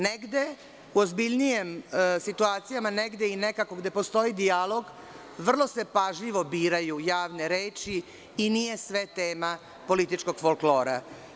Negde u ozbiljnijim situacijama i gde postoji dijalog vrlo se pažljivo biraju javne reči i nije sve tema političkog folklora.